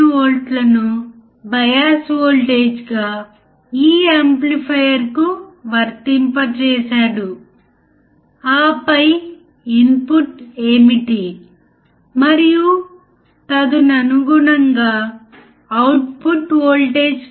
5 వోల్ట్లు non inverting operation amplifier యొక్క non inverting టెర్మినల్కు ఇచ్చినప్పుడు అవుట్పుట్ వద్ద 6 వోల్ట్ల 6